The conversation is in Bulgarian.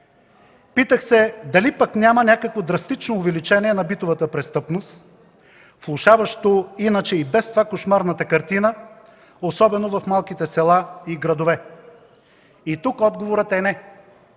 Питах се дали пък няма някакво драстично увеличение на битовата престъпност, влошаващо иначе и без това кошмарната картина, особено в малките села и градове? И тук отговорът е: